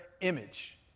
image